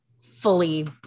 fully